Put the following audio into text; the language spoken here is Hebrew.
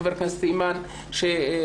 חברת הכנסת אימאן ח'טיב יאסין,